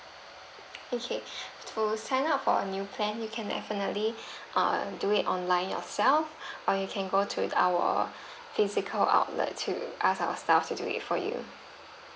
okay to sign up for a new plan you can definitely err do it online yourself or you can go to the our physical outlet to ask our staff to do it for you